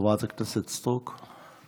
חברת הכנסת סטרוק?